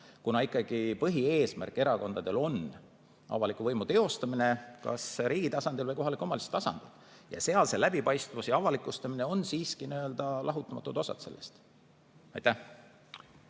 kuna ikkagi põhieesmärk erakondadel on avaliku võimu teostamine kas riigi tasandil või kohaliku omavalitsuse tasandil ja seal see läbipaistvus ja avalikustamine on siiski lahutamatud osad sellest. Suur